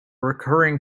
recurring